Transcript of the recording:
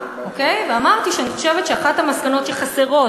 ואמרתי שאני חושבת שאחת המסקנות שחסרות